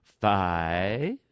Five